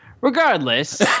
regardless